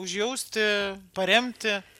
užjausti paremti